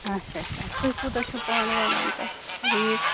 اچھا اچھا تُہۍ کوٗتاہ چھِو پانہٕ وَنان تَتھ ریٹ